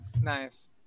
nice